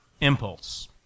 impulse